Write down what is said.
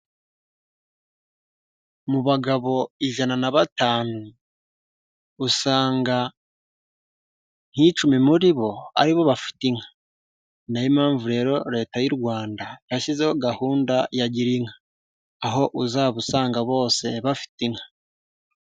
Mu bagabo ijana na batanu, usanga nk'icumi muri bo, ari bo bafite inka. Ninayo mpamvu rero Leta y'u Rwanda yashyizeho gahunda ya gira inka. Aho uzabasanga bose bafite inka.